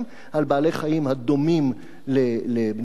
על בעלי-חיים הדומים לבני-אדם,